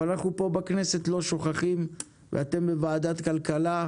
אבל אנחנו פה בכנסת לא שוכחים, ואתם בוועדת כלכלה,